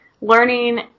learning